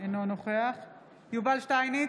אינו נוכח יובל שטייניץ,